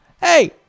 Hey